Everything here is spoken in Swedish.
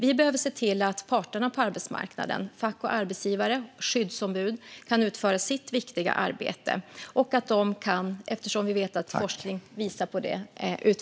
Vi behöver se till att parterna på arbetsmarknaden - fack, arbetsgivare och skyddsombud - kan utföra sitt viktiga arbete och att de kan utföra sitt uppdrag, eftersom vi vet att forskning visar på det.